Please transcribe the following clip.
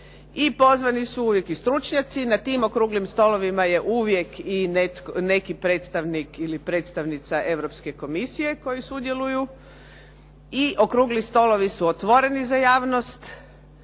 pozvani su uvijek i stručnjaci na tim okruglim stolovima je uvijek i neki predstavnik ili predstavnica Europske komisije koji sudjeluju i okrugli stolovi su otvoreni za javnost.